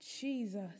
Jesus